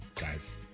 Guys